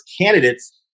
candidates